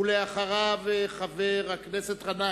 אחריו, חבר הכנסת גנאים.